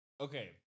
Okay